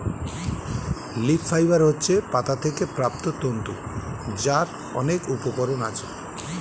leaf fibre হচ্ছে পাতা থেকে প্রাপ্ত তন্তু যার অনেক উপকরণ আছে